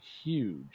huge